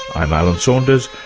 i'm alan saunders,